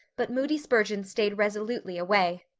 but moody spurgeon stayed resolutely away.